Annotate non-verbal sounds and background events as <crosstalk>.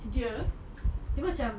dia <noise> dia macam